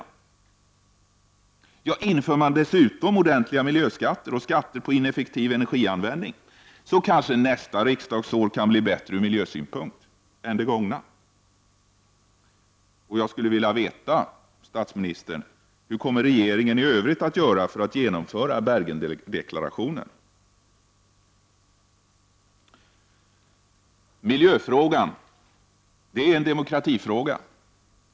Inför man dessutom ordentliga miljöskatter och skatter på ineffektiv energianvändning, så kanske nästa riksdagsår kan bli bättre ur miljösynpunkt än det gångna. Och jag skulle vilja veta, statsministern, hur regeringen i övrigt kommer att göra för att genomföra Bergendeklarationen. Miljön är en demokratifråga.